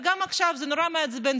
וגם עכשיו זה נורא מעצבן.